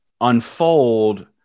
unfold